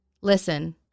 Listen